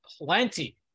plenty